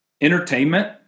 entertainment